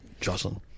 jocelyn